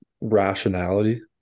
rationality